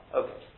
okay